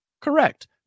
correct